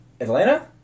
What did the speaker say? Atlanta